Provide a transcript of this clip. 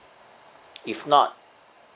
if not